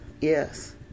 Yes